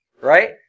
right